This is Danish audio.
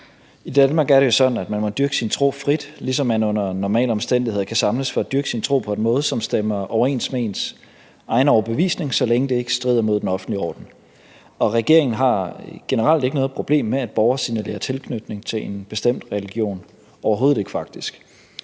I Danmark er det jo sådan, at man må dyrke sin tro frit, ligesom man under normale omstændigheder kan samles for at dyrke sin tro på en måde, som stemmer overens med ens egen overbevisning, så længe det ikke strider mod den offentlige orden, og regeringen har generelt ikke noget problem med, at borgere signalerer tilknytning til en bestemt religion, faktisk overhovedet ikke.